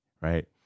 Right